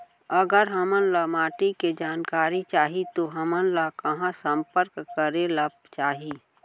अगर हमन ला माटी के जानकारी चाही तो हमन ला कहाँ संपर्क करे ला चाही?